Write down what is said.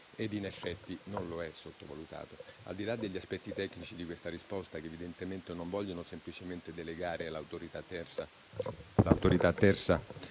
e in effetti non è sottovalutato. Al di là degli aspetti tecnici di questa risposta, che evidentemente non vogliono semplicemente delegare ad un'autorità terza